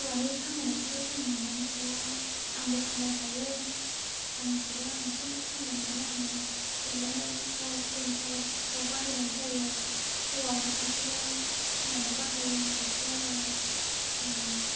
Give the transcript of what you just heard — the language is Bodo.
हौवानि खामायनायखौल' जोङो नेनानै थाया आंबो खामायफायो आंनिखौबो आङो एसे एनै खामायनानै आंनि देलायनाय थाव क्रिम पावडार फ्राव बाहायनाय जायो हौवा हरनायखौबो खामानियाव बाहायो बिदि आरो जोङो